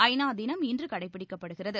ஐ நா தினம் இன்று கடைபிடிக்கப்படுகிறது